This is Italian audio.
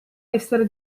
essere